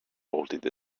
bolted